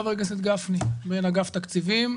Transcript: חבר הכנסת גפני בין אגף התקציבים,